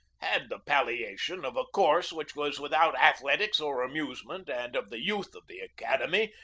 had the palliation of a course which was without athletics or amusement and of the youth of the academy,